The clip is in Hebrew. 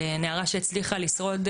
נערה שהצליחה לשרוד,